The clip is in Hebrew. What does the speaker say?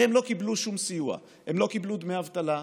הרי הם לא קיבלו שום סיוע, הם לא קיבלו דמי אבטלה,